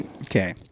okay